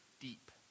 deep